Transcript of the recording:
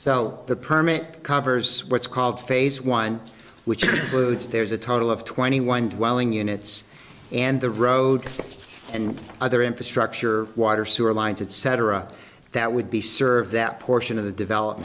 so the permit covers what's called phase one which is there's a total of twenty one dwelling units and the road and other infrastructure water sewer lines etc that would be serve that portion of the develop